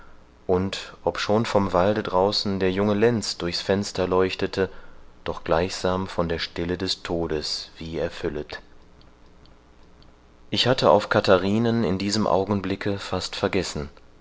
und obschon vom walde draußen der junge lenz durchs fenster leuchtete doch gleichsam von der stille des todes wie erfüllet ich hatte auf katharinen in diesem augenblicke fast vergessen